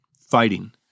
fighting